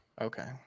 Okay